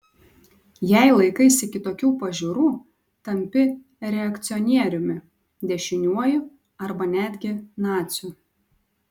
jei laikaisi kitokių pažiūrų tampi reakcionieriumi dešiniuoju arba netgi naciu